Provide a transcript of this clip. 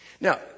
Now